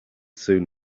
soon